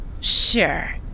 Sure